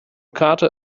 karte